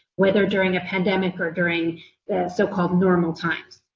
whether during a pandemic or during so-called normal times.